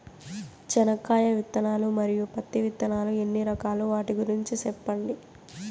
చెనక్కాయ విత్తనాలు, మరియు పత్తి విత్తనాలు ఎన్ని రకాలు వాటి గురించి సెప్పండి?